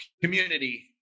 community